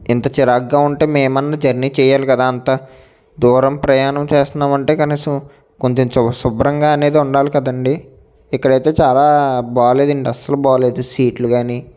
ఇంత చిరాకుగా ఉంటే మేమన్నా జర్నీ చేయాలి కదా అంత దూరం ప్రయాణం చేస్తున్నాం అంటే కనీసం కొంచెం చూ శుభ్రంగా అనేది ఉండాలి కదండి ఇక్కడ అయితే చాలా బాలేదు అండి అసలు బాలేదు సీట్లు కానీ